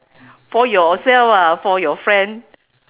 for yourself ah for your friend